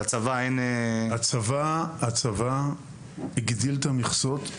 הצבא הגדיל את המכסות.